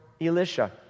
Elisha